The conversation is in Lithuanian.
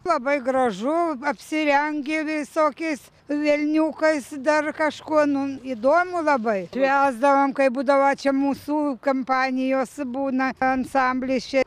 labai gražu apsirengę visokiais velniukais dar kažkuo nu įdomu labai švęsdavom kai būdava čia mūsų kampanijos būna ansamblis čia